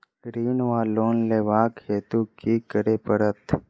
ऋण वा लोन लेबाक हेतु की करऽ पड़त?